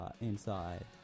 inside